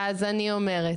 אז אני אומרת,